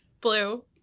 Blue